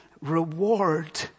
reward